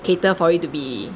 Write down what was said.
cater for it to be